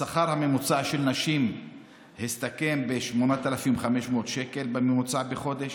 השכר הממוצע של נשים הסתכם ב-8,500 שקל בממוצע בחודש,